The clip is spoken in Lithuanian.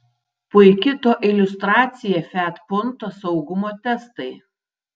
puiki to iliustracija fiat punto saugumo testai